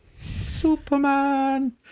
Superman